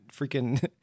freaking